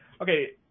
Okay